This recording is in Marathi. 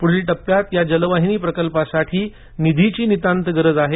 पुढील टप्प्यांतील या जलवाहिनी प्रकल्पासाठी निधीची नितांत गरज आहे